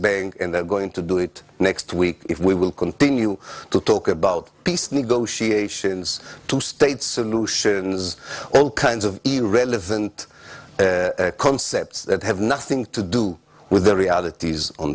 bank and they're going to do it next week if we will continue to talk about peace negotiations two state solutions all kinds of irrelevant concepts that have nothing to do with the realities on